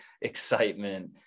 excitement